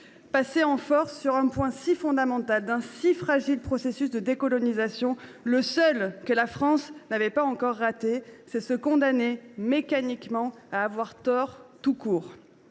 Passer en force sur un point si fondamental d’un si fragile processus de décolonisation – le seul que la France n’avait pas encore raté –, c’est se condamner mécaniquement à avoir tort, tout court.